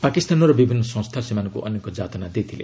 ପାକିସ୍ତାନର ବିଭିନ୍ନ ସଂସ୍ଥା ସେମାନଙ୍କୁ ଅନେକ ଯାତନା ଦେଇଥିଲେ